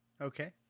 Okay